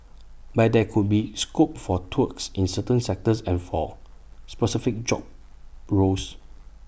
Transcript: but there could be scope for tweaks in certain sectors and for specific job roles